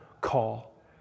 call